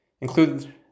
include